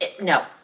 no